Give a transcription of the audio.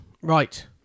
Right